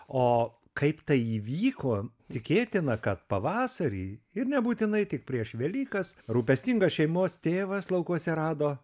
o kaip tai įvyko tikėtina kad pavasarį ir nebūtinai tik prieš velykas rūpestingas šeimos tėvas laukuose rado